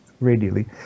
radially